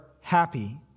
happy